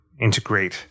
integrate